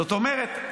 זאת אומרת,